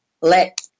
let